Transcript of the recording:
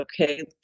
okay